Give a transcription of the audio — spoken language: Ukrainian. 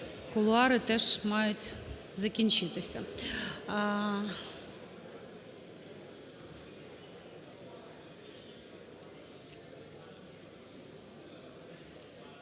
Кулуари теж мають закінчитися.